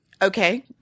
Okay